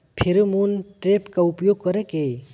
Pheromone trap का उपयोग कर के?